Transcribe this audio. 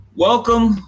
Welcome